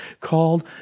called